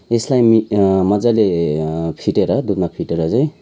यसलाई मजाले फिटेर दुधमा फिटेर चाहिँ